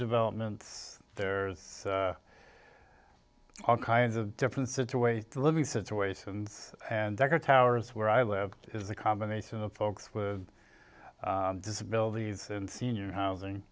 development there's all kinds of different situation living situations and decker towers where i live is a combination of folks with disabilities and senior housing